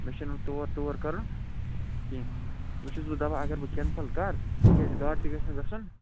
مےٚ چھُنہٕ وۅنۍ تور ٹیور کَرُن کیٚنٛہہ وۅنۍ چھُس بہٕ دَپان اگر بہٕ کیٚنسَل کَرٕ تِکیٛازِ گاٹہٕ تہِ گژھِ نہٕ گژھُن